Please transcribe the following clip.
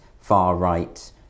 far-right